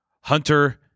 Hunter